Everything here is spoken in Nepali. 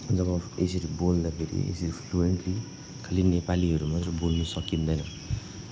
जब यसरी बोल्दाखेरि यसरी फ्लोएन्टली खालि नेपालीहरू मात्र बोल्न सकिँदैन